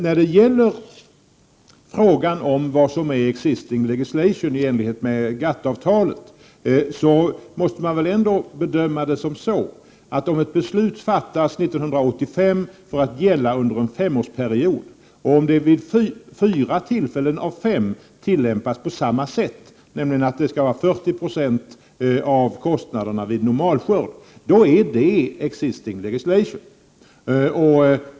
När det gäller frågan om vad som är ”existing legislation” i enlighet med GATT-avtalet måste man väl ändå bedöma det som så, att om ett beslut fattas 1985 för att gälla under en femårsperiod och om det vid fyra tillfällen av fem tillämpas på samma sätt — nämligen så att det skall vara 40 96 av kostnaderna vid normalskörd — är det ”existing legislation”.